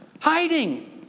Hiding